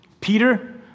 Peter